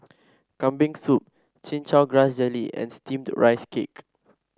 Kambing Soup Chin Chow Grass Jelly and steamed Rice Cake